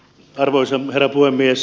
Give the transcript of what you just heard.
arvoisa herra puhemies